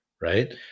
right